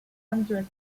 hundred